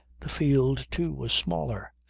the field too was smaller.